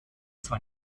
zwar